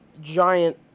giant